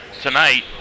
Tonight